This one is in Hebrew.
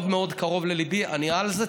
מאוד מאוד קרוב לליבי, אני על זה.